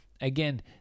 again